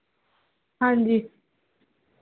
ਹਾਂਜੀ